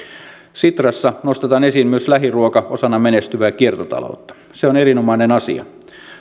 sitrassa nostetaan esiin myös lähiruoka osana menestyvää kiertotaloutta se on erinomainen asia